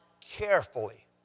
carefully